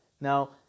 Now